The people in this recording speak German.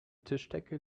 tischdecke